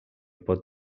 pot